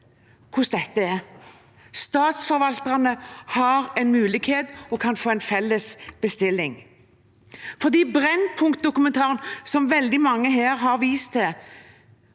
hvordan dette er. Statsforvalterne har mulighet og kan få en felles bestilling. Brennpunkt-dokumentaren som veldig mange her har vist til,